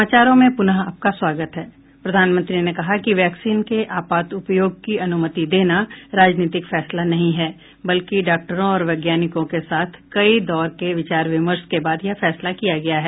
प्रधानमंत्री ने कहा कि वैक्सीन के आपात उपयोग की अनुमति देना राजनीतिक फैसला नहीं है बल्कि डॉक्टरों और वैज्ञानिकों के साथ कई दौर के विचार विमर्श के बाद यह फैसला किया गया है